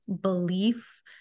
belief